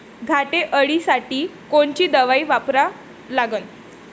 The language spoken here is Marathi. घाटे अळी साठी कोनची दवाई वापरा लागन?